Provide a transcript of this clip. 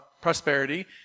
prosperity